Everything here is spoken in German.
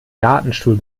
gartenstuhl